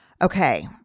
Okay